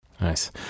Nice